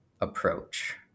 approach